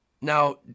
Now